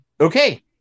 okay